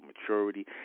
maturity